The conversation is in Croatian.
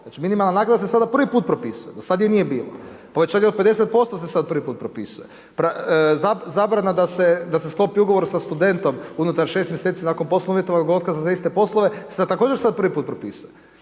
znači minimalna naknada se sada prvi put propisuje, do sada je nije bilo. Povećanje od 50% se sad po prvi put propisuje. Zabrana da se sklopi ugovor sa studentom unutar 6 mj. nakon .../Govornik se ne razumije./... za iste poslove se također sad po prvi put propisuje,